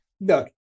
Look